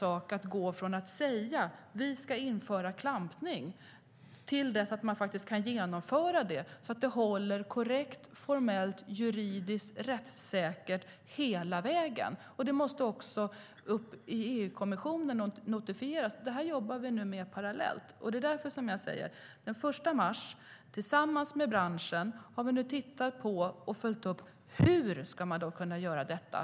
Men det är en sak att säga att vi ska införa klampning och en annan sak att faktiskt genomföra det så att det håller och är korrekt, formellt och juridiskt rättssäkert hela vägen. Det måste också upp i EU-kommissionen och notifieras. Detta jobbar vi med parallellt. Det är därför jag säger att den 1 mars har vi tillsammans med branschen tittat på och följt upp hur man ska kunna göra detta.